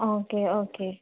okay okay